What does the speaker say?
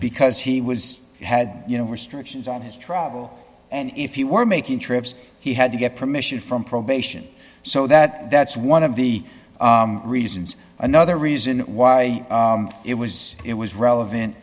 because he was had you know restrictions on his travel and if you were making trips he had to get permission from probation so that that's one of the reasons another reason why it was it was relevant